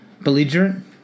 belligerent